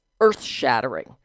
earth-shattering